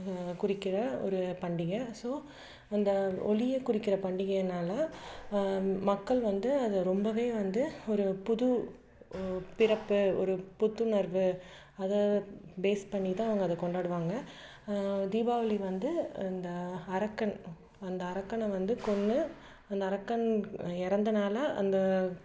குறிக்கிற ஒரு பண்டிகை ஸோ அந்த ஒளியை குறிக்கிற பண்டிகைனால மக்கள் வந்து அத ரொம்பவே வந்து ஒரு புது பிறப்பு ஒரு புத்துணர்வு அதை பேஸ் பண்ணி தான் அவங்க அதை கொண்டாடுவாங்க தீபாவளி வந்து இந்த அரக்கன் அந்த அரக்கனை வந்து கொன்று அந்த அரக்கன் இறந்த நாளை அந்த